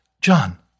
John